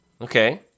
Okay